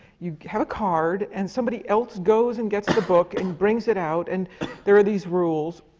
you have a card and somebody else goes and gets the book and brings it out and there are these rules.